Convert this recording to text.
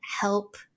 help